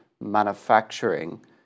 manufacturing